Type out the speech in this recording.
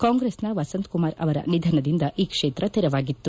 ಕಾಂಗ್ರೆಸ್ನ ವಸಂತ್ ಕುಮಾರ್ ಅವರ ನಿಧನದಿಂದ ಈ ಕ್ಷೇತ್ರ ತೆರವಾಗಿತ್ತು